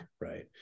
Right